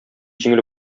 җиңел